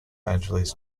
angeles